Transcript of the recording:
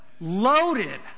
loaded